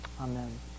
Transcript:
Amen